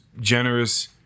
generous